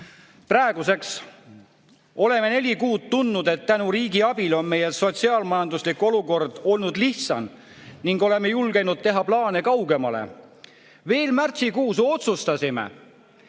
Praeguseks oleme neli kuud tundnud, et tänu riigi abile on meie sotsiaal-majanduslik olukord olnud lihtsam, ning oleme julgenud teha plaane kaugemale. Veel märtsikuus otsustasime,